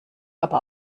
aber